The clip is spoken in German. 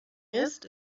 ist